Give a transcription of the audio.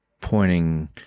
pointing